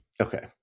Okay